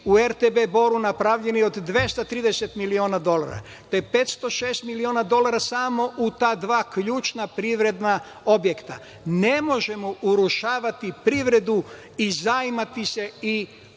u RTB Boru napravljeni od 230 miliona dolara. To je 506 miliona dolara samo u ta dva ključna privredna objekta. Ne možemo urušavati privredu i zajmati se i dizati